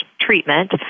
treatment